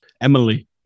emily